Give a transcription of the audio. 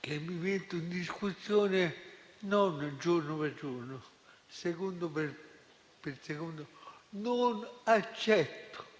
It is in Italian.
che mi metto in discussione non giorno per giorno, ma secondo per secondo, non accetto